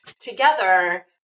together